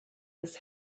his